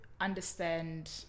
understand